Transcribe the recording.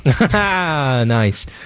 nice